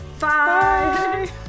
Bye